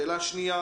שאלה שנייה